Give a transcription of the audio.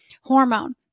hormone